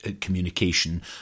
communication